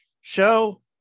show